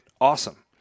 awesome